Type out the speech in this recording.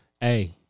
Hey